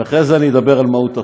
ואחרי זה אדבר על מהות החוק.